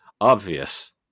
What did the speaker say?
obvious